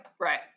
Right